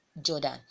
jordan